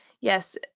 Yes